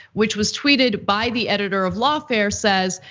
which was tweeted by the editor of lawfare, says,